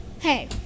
Hey